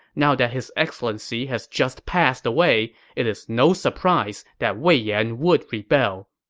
now that his excellency has just passed away, it is no surprise that wei yan would rebel.